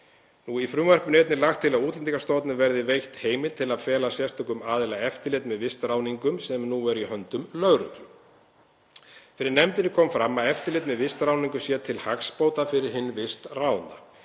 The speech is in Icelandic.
Í frumvarpinu er einnig lagt til að Útlendingastofnun verði veitt heimild til að fela sérstökum aðila eftirlit með vistráðningum sem nú er í höndum lögreglu. Fyrir nefndinni kom fram að eftirlit með vistráðningum sé til hagsbóta fyrir hinn vistráðna,